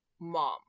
mom